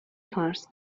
فرض